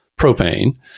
propane